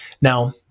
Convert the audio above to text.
Now